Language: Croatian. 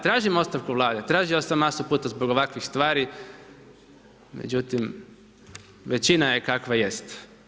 Tražim ostavku Vlade, tražio sam masu puta zbog ovakvih stvari međutim većina je kakva jest.